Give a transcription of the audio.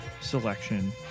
selection